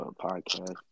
podcast